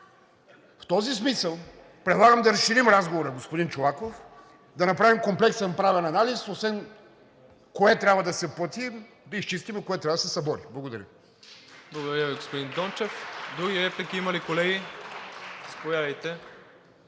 В този смисъл предлагам да разширим разговора, господин Чолаков, да направим комплексен правен анализ – освен кое трябва да се плати, да изчистим и кое трябва да се събори. Благодаря